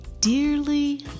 dearly